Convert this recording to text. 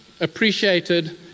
appreciated